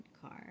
card